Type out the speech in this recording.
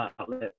outlet